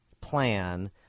plan